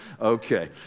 Okay